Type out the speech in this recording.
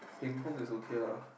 ping pong is okay lah